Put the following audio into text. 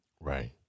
Right